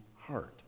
heart